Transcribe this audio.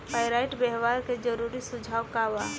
Pyrite व्यवहार के जरूरी सुझाव का वा?